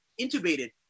intubated